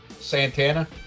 Santana